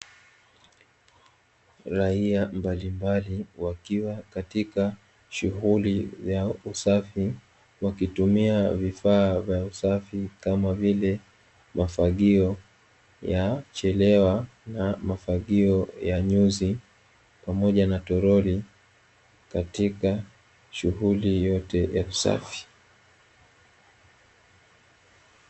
Raia mbalimbali wakiwa katika shughuli ya usafi wakitumia vifaa vya usafi kama vile mafagio ya chelewa na mafagio ya nyuzi pamoja na toroli katika shughuli yote ya usafi.